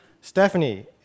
Stephanie